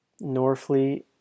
Norfleet